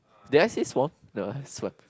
did I say swamp no swam